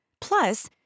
Plus